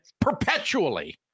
perpetually